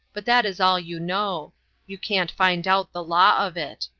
but that is all you know you can't find out the law of it.